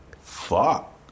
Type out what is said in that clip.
Fuck